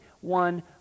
one